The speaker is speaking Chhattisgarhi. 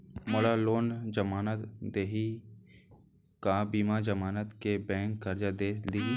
मोला कोन जमानत देहि का बिना जमानत के बैंक करजा दे दिही?